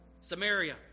Samaria